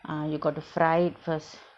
ah you got to fry it first